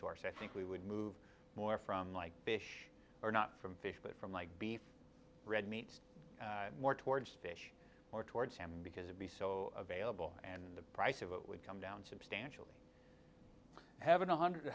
source i think we would move more from like fish or not from fish but from like beef red meat more towards fish more towards him because he'd be so available and the price of it would come down substantially heaven one hundred